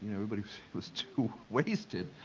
and everybody was too wasted.